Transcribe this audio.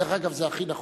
דרך אגב, זה הכי נכון.